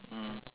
mm